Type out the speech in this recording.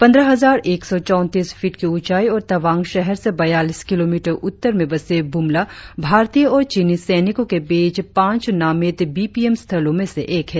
पंद्रह हजार एक सौ चौतीस फीट की ऊचाई और तवांग शहर से बयालीस किलोमीटर उत्तर में बसे बुमला भारतीय और चीनी सैनिकों के बीच पंच नामित बी पी एम स्थलों में से एक है